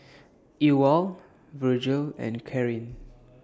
Ewald Virgle and Karyn